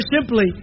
simply